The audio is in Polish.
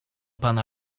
pana